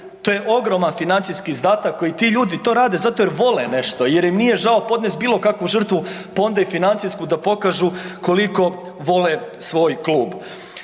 to je ogroman financijski izdatak koji ti ljudi to rade zato jer vole nešto, jer im nije žao podnesti bilo kakvu žrtvu pa onda i financijsku da pokažu koliko vole svoj klub.